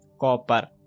copper